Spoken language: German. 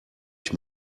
ich